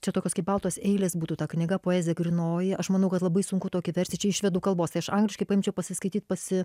čia tokios kaip baltos eilės būtų ta knyga poezija grynoji aš manau kad labai sunku tokį versti čia iš švedų kalbos angliškai paimčiau pasiskaityt pasi